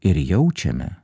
ir jaučiame